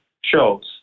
shows